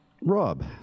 Rob